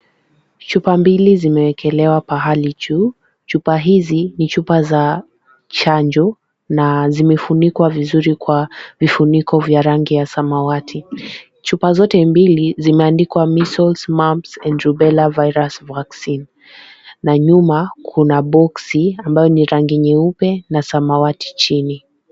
Chupa mbili zimeekelewa pahali juu. Chupa hizi ni chupa za chanjo na zimefunikwa vizuri kwa vifuniko vya rangi ya samawati . Chupa zote mbili zimeandikwa measles, mumps and rubella virus vaccine na nyuma kuna boksi ambayo ni rangi nyeupe na samawati chini.